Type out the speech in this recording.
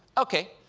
okay,